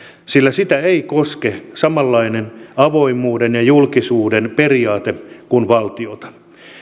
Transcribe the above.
sillä sitä ei koske samanlainen avoimuuden ja julkisuuden periaate kuin valtiota